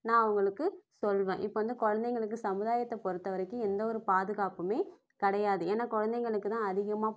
நான் அவங்களுக்கு சொல்வேன் இப்போ வந்து குழந்தைங்களுக்கு சமுதாயத்தை பொறுத்த வரைக்கும் எந்த ஒரு பாதுகாப்புமே கிடையாது ஏன்னால் குழந்தைங்களுக்குதான் அதிகமாக